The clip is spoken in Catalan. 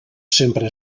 sempre